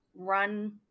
run